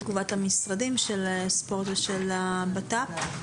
את תגובת משרד הספורט ומשרד הבט"פ.